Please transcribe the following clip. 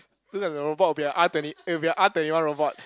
then the the robot would be like R twenty it will be like R twenty one robot